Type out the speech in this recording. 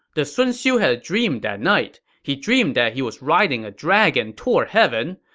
this sun xiu had a dream that night. he dreamed that he was riding a dragon toward heaven,